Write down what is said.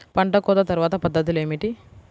పంట కోత తర్వాత పద్ధతులు ఏమిటి?